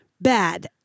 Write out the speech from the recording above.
bad